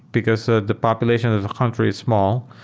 because the the population of the country is small.